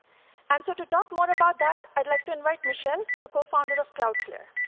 and so to talk more about that, i'd like to invite michelle, the co-founder of cloudflare.